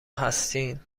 هستین